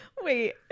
Wait